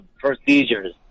procedures